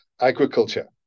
agriculture